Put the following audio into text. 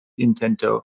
intento